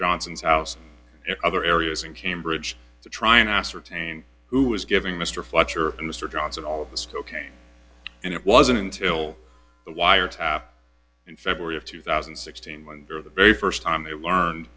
johnson's house and other areas in cambridge to try and ascertain who was giving mr fletcher and mr johnson all this cocaine and it wasn't until the wiretap in february of two thousand and sixteen when the very st time they learned